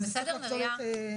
בסדר, נריה?